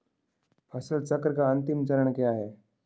फसल चक्र का अंतिम चरण क्या है?